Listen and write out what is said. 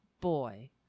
boy